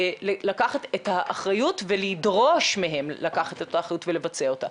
לקחת את האחריות ולדרוש מהם לקחת את האחריות ולבצע אותה.